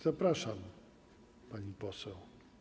Zapraszam, pani poseł.